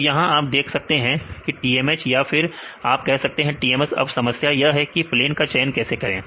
तो यहां आप देख सकते हैं TMH या फिर आप कह सकते हैं TMS अब समस्या यह है कि प्लेन का चयन कैसे करें